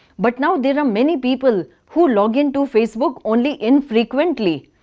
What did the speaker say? but now there are many people who log in to facebook only infrequently.